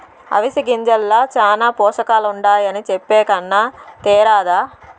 అవిసె గింజల్ల శానా పోసకాలుండాయని చెప్పే కన్నా తేరాదా